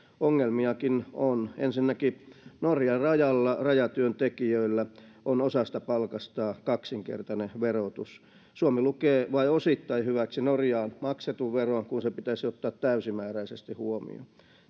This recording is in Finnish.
ongelmiakin on ensinnäkin norjan rajalla rajatyöntekijöillä on osasta palkasta kaksinkertainen verotus suomi lukee vain osittain hyväksi norjaan maksetun veron kun se pitäisi ottaa täysimääräisesti huomioon